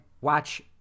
Watch